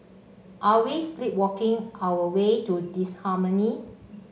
are we sleepwalking our way to disharmony